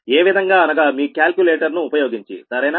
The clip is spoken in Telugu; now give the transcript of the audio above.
ఏ విధంగా అనగా మీ క్యాలిక్యులేటర్ ను ఉపయోగించి సరేనా